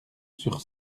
sur